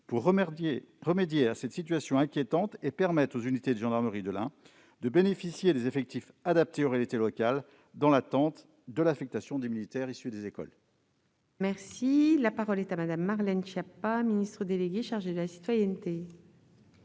pour remédier à cette situation inquiétante et permettre aux unités de gendarmerie de l'Ain de bénéficier des effectifs adaptés aux réalités locales, dans l'attente de l'affectation des militaires issus des écoles. La parole est à Mme la ministre déléguée. Monsieur le sénateur